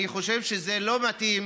אני חושב שזה לא מתאים.